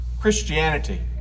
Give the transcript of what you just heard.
Christianity